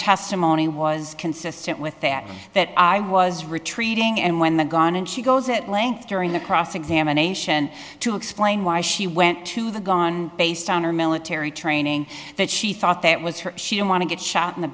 testimony was consistent with that that i was retreating and when the gone and she goes at length during the cross examination to explain why she went to the gun based on her military training that she thought that was her she didn't want to get shot in the